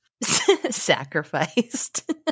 Sacrificed